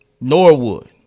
Norwood